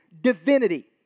divinity